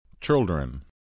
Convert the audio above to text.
Children